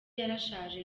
yarashaje